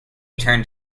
turned